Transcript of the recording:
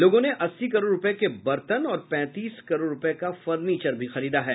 लोगों ने अस्सी करोड़ रूपये के बर्तन और पैंतीस करोड़ रूपये का फर्निचर खरीदा है